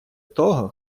того